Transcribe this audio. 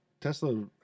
Tesla